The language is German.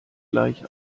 gleich